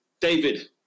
David